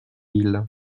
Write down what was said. ville